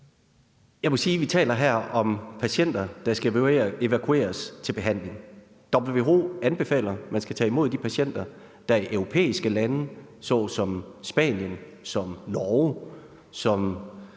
Jeg må sige, at vi her taler om patienter, der skal evakueres til behandling. WHO anbefaler, at man skal tage imod de patienter; der er europæiske lande såsom Spanien, Norge,